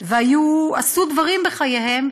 ועשו דברים בחייהם,